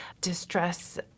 Distress